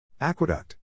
Aqueduct